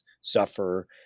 suffer